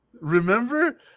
remember